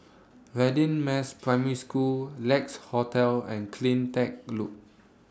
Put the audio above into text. Radin Mas Primary School Lex Hotel and CleanTech Loop